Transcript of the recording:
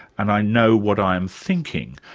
and i know what i'm thinking.